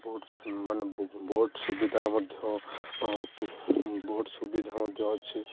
boat ମାନେ boat ସୁବିଧାର ମଧ୍ୟ ବୋଟ ସୁବିଧା ମଧ୍ୟ ଅଛି